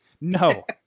no